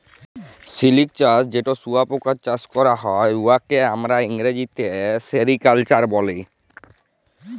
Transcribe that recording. সিলিক চাষ যেট শুঁয়াপকা চাষ ক্যরা হ্যয়, উয়াকে আমরা ইংরেজিতে সেরিকালচার ব্যলি